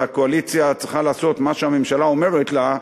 והקואליציה צריכה לעשות מה שהממשלה אומרת לה,